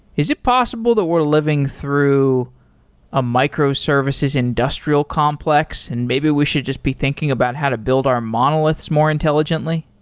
is it possible that we're living through a microservices industrial complex and maybe we should just be thinking about how to build our monoliths more intelligently?